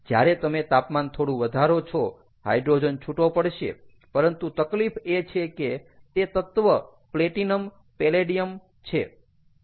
જ્યારે તમે તાપમાન થોડું વધારો છો હાઈડ્રોજન છુટો પડશે પરંતુ તકલીફ એ છે કે તે તત્ત્વ પ્લેટિનમ પેલેડિયમ છે કે જે ખૂબ જ મોંઘા છે